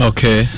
Okay